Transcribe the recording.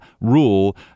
rule